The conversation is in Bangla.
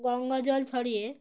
গঙ্গজল ছড়িয়ে